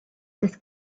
this